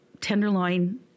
tenderloin